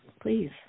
please